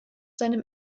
seinem